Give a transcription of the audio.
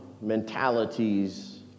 mentalities